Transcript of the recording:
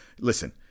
Listen